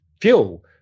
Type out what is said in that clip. fuel